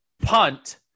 punt